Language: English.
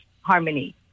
harmony